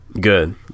Good